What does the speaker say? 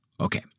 Okay